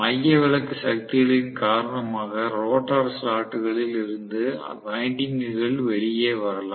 மையவிலக்கு சக்திகளின் காரணமாக ரோட்டார் ஸ்லாட் களில் இருந்து வைண்டிங்க்குகள் வெளியே வரலாம்